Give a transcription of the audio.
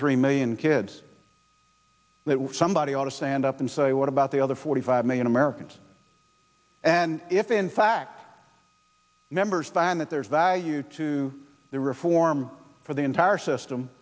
three million kids that somebody ought to stand up and say what about the other forty five million americans and if in fact numbers than that there's value to the reform for the entire system